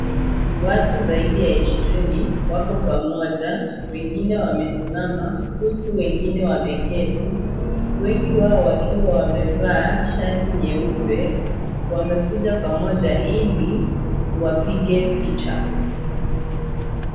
Watu zaidi ya ishirini wako pamoja, wengine wamesimama huku wengine wameketi, wengi wao wakiwa wamevaa shati nyeupe, wamekuja pamoja ili wapige picha.